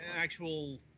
actual